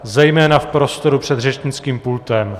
Zejména v prostoru před řečnickým pultem.